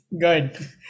good